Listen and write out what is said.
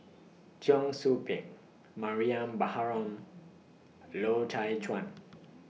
Cheong Soo Pieng Mariam Baharom Loy Chye Chuan